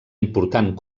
important